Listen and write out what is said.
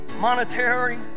monetary